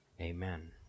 Amen